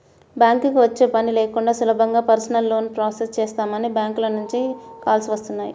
బ్యాంకుకి వచ్చే పని లేకుండా సులభంగా పర్సనల్ లోన్ ప్రాసెస్ చేస్తామని బ్యాంకుల నుంచి కాల్స్ వస్తున్నాయి